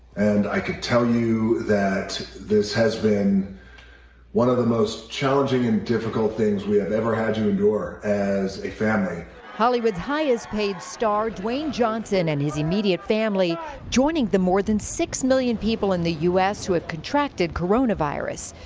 and i could tell you that this has been one of the most challenging and difficult things we have ever had to endure as a family. reporter hollywood's highest paid star, dwayne johnson, and his immediate family joining the more than six million people in the u s. who have contracted coronavirus.